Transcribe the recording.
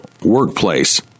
workplace